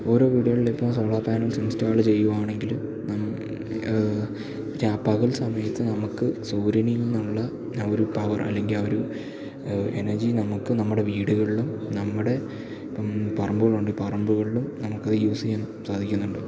ഓരോ വീടുകളിലും ഇപ്പം സോളാർ പാനൽസ് ഇൻസ്റ്റാൾ ചെയ്യുകയാണെങ്കില് രാപകൽ സമയത്ത് നമുക്ക് സൂര്യനിൽ നിന്നുള്ള ഒരു പവർ അല്ലെങ്കില് ആ ഒരു എനർജി നമുക്ക് നമ്മുടെ വീടുകളിലും നമ്മുടെ ഇപ്പം പറമ്പുകളുണ്ടെങ്കില് പറമ്പുകളിലും നമുക്ക് യൂസ് ചെയ്യാൻ സാധിക്കുന്നുണ്ട്